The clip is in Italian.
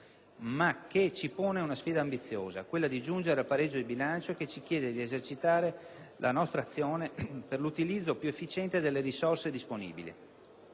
ma che ci pone una sfida ambiziosa, quella di giungere al pareggio di bilancio, e che ci chiede di esercitare la nostra azione per l'utilizzo più efficiente delle risorse disponibili.